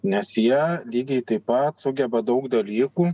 nes jie lygiai taip pat sugeba daug dalykų